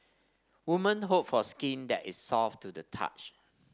women hope for skin that is soft to the touch